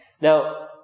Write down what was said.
Now